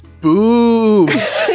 Boobs